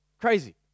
crazy